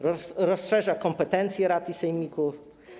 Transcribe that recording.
Rozszerza kompetencje rad i sejmików.